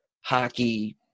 hockey